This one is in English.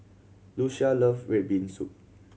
Lucia love red bean soup